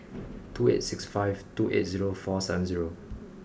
two eight six five two eight zero four seven zero